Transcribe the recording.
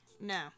No